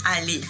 Ali